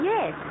Yes